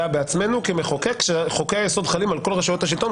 בעצמנו כמחוקק שחוקי היסוד חלים על כל רשויות השלטון.